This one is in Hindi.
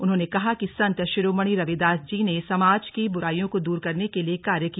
उन्होंने कहा कि संत शिरोमणि रविदास जी ने समाज की बुराईयों को दूर करने के लिए कार्य किया